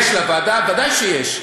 יש לוועדה, ודאי שיש.